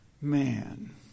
man